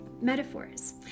metaphors